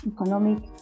economic